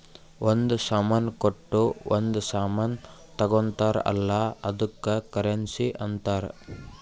ಒಂದ್ ಸಾಮಾನ್ ಕೊಟ್ಟು ಒಂದ್ ಸಾಮಾನ್ ತಗೊತ್ತಾರ್ ಅಲ್ಲ ಅದ್ದುಕ್ ಕರೆನ್ಸಿ ಅಂತಾರ್